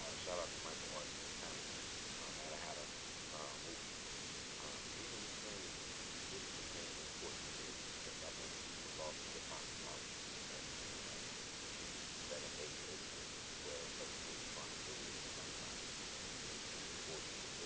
shout out to michael r santana manna-hata movies the reason this thing really became important to me is because i've been involved in hip-hop since i was a youngin man, like seven eight listening in twelve thirteen trying to do it in like by thirteen, fourteen,